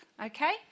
Okay